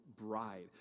bride